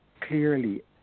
clearly